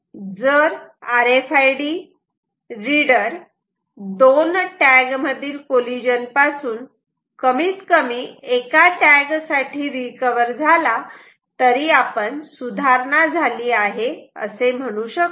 जर R F I D reader दोन tag मधील कॉलिजन पासून कमीत कमी एका टॅग साठी रिकव्हर झाला तरी आपण सुधारणा झाली आहे असे म्हणू शकतो